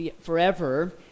forever